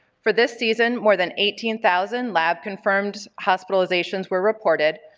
for this season more than eighteen thousand lab confirmed hospitalizations were reported,